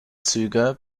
züge